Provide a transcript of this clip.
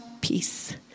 peace